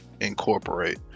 incorporate